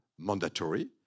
mandatory